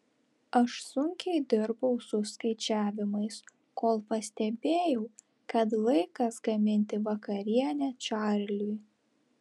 aš sunkiai dirbau su skaičiavimais kol pastebėjau kad laikas gaminti vakarienę čarliui